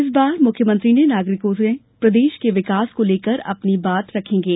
इस बार मुख्यमंत्री ने नागरिकों से प्रदेश के विकास को लेकर अपनी बात रखेंगे